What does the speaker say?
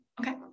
Okay